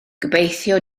gobeithio